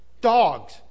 dogs